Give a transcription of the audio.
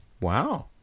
wow